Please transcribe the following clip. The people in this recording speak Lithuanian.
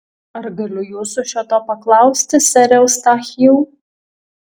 ar galiu jūsų šio to paklausti sere eustachijau